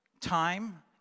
time